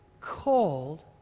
called